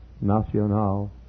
Nacional